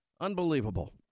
Unbelievable